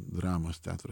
dramos teatro